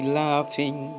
laughing